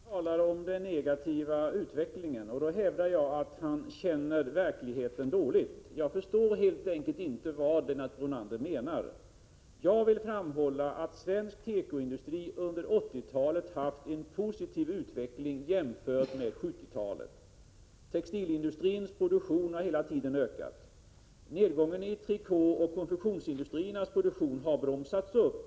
Fru talman! Lennart Brunander talar om en negativ utveckling. Då hävdar jag att han känner verkligheten dåligt. Jag förstår helt enkelt inte vad Lennart Brunander menar. Jag vill framhålla att svensk tekoindustri under 1980-talet har haft en positiv utveckling i jämförelse med förhållandena under 1970-talet. Textilindustrins produktion har hela tiden ökat och nedgången i trikåoch konfektionsindustriernas produktion har bromsats upp.